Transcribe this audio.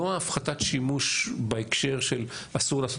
לא הפחתת שימוש בהקשר של אסור לעשות